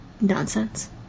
nonsense